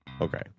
okay